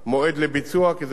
כי זה תלוי בקידום.